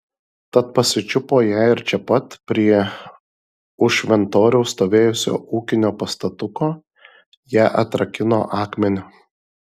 tad pasičiupo ją ir čia pat prie už šventoriaus stovėjusio ūkinio pastatuko ją atrakino akmeniu